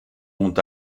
ont